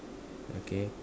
okay